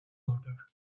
order